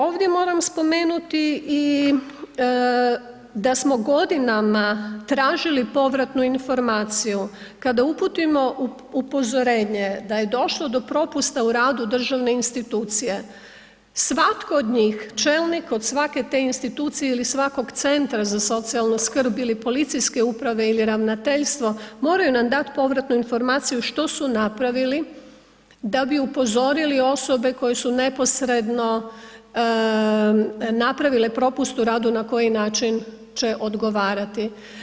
Ovdje moram spomenuti i da smo godinama tražili povratnu informaciju kada uputimo upozorenje da je došlo do propusta u radu državne institucije, svatko od njih, čelnik od svake te institucije ili svakog CZSS-a ili policijske uprave ili ravnateljstvo, moraju nam dat povratnu informaciju što su napravili da bi upozorili osobe koje su neposredno napravile propust u radu i na koji način će odgovarati.